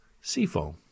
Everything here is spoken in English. Seafoam